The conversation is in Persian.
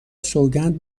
سوگند